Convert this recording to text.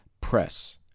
press